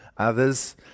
Others